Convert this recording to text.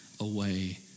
away